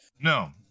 No